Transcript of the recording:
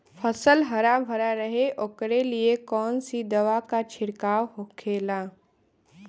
फसल हरा भरा रहे वोकरे लिए कौन सी दवा का छिड़काव होखेला?